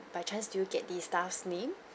by chance do you get the staff's name